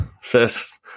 first